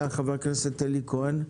יוזם הדיון במקור היה חבר הכנסת אלי כהן,